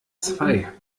zwei